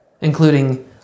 including